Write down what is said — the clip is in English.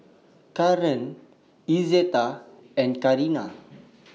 Karren Izetta and Carina